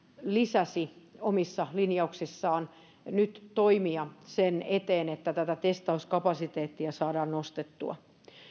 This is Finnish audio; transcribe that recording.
lisäsi omissa linjauksissaan nyt toimia sen eteen että tätä testauskapasiteettia saadaan nostettua